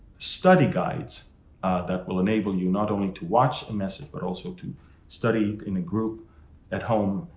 study guides that will enable you not only to watch a message, but also to study in a group at home.